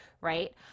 right